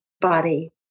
body